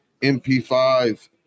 MP5